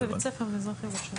הוא למד בבית ספר במזרח ירושלים.